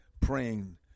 praying